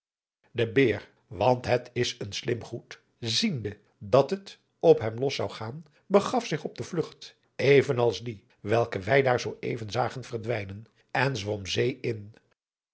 ziende dat het op hem los zou gaan begaf zich op de vlugt even als die welken wij daar zoo even zagen verdwijnen en zwom zee in